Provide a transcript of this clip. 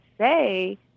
say